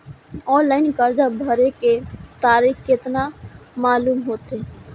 Online कर्जा भरे के तारीख केना मालूम होते?